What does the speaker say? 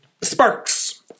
sparks